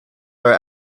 are